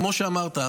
כמו שאמרת,